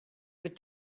with